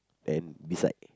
and beside